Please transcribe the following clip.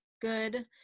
good